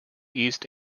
east